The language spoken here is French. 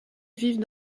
vivent